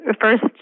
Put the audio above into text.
first